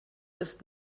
ist